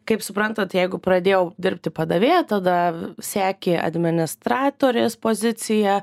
kaip suprantat jeigu pradėjau dirbti padavėja tada sekė administratorės pozicija